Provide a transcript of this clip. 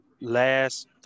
last